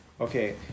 Okay